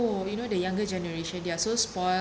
oh you know the younger generation they are so spoiled